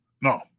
No